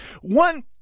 one